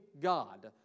God